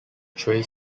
tray